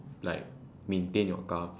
like maintain your car